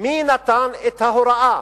מי נתן את ההוראה,